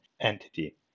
entity